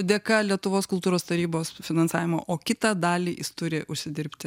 dėka lietuvos kultūros tarybos finansavimo o kitą dalį jis turi užsidirbti